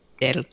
del